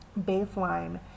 baseline